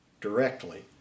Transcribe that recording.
directly